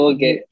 Okay